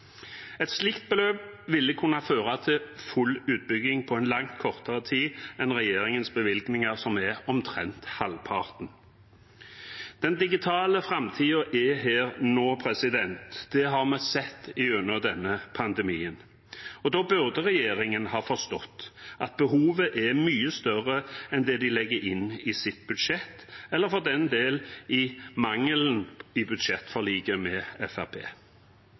Et slikt beløp ville kunne føre til full utbygging på langt kortere tid enn regjeringens bevilgninger, som er på omtrent halvparten. Den digitale framtiden er her nå. Det har vi sett gjennom denne pandemien. Da burde regjeringen ha forstått at behovet er mye større enn det de legger inn i sitt budsjett eller for den del i mangelen i budsjettforliket med